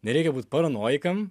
nereikia būt paranojikam